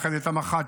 אחרי זה את המח"טים,